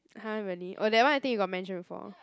!huh! really oh that [one] I think you got mention before